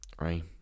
right